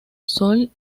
sol